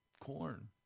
corn